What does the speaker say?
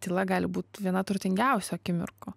tyla gali būt viena turtingiausių akimirkų